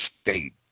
state